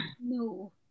No